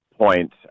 point